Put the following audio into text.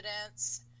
evidence